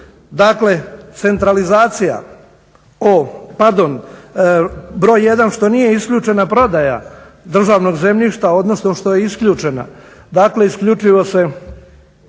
dakle centralizacija. Pardon broj jedan što nije isključena prodaja državnog zemljišta odnosno što je isključena. Dakle isključivo se